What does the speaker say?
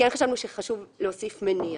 וחשבנו שחשוב להוסיף מניע.